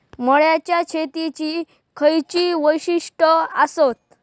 मळ्याच्या शेतीची खयची वैशिष्ठ आसत?